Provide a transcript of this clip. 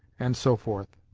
and so forth.